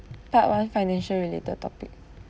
part one financial related topic